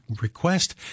request